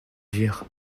dire